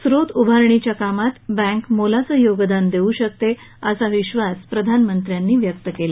स्रोत उभारणीच्या कामात बँक मोलाचं योगदान देऊ शकते असा विश्वासही प्रधानमंत्र्यांनी व्यक्त केला